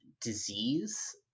disease